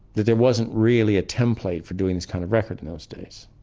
that there wasn't really a template for doing this kind of record in those days.